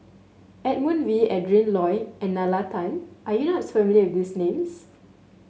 Edmund Wee Adrin Loi and Nalla Tan are you not familiar with these names